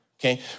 Okay